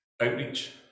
outreach